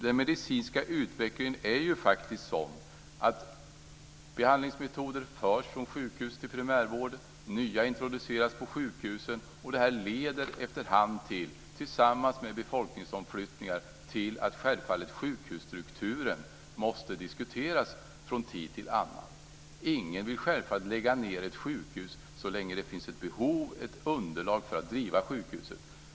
Den medicinska utvecklingen är faktiskt sådan att behandlingsmetoder förs från sjukhus till primärvården och nya introduceras på sjukhusen. Efterhand leder detta, tillsammans med befolkningsomflyttningar, självfallet till att sjukhusstrukturen från tid till annan måste diskuteras. Självklart vill ingen lägga ned ett sjukhus så länge det finns ett behov och underlag för att driva sjukhuset.